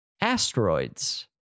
Asteroids